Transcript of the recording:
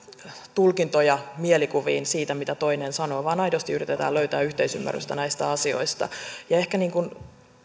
tulkintojamme mielikuviin siitä mitä toinen sanoo vaan aidosti yritämme löytää yhteisymmärrystä näistä asioista ehkä